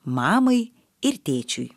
mamai ir tėčiui